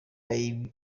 ibibi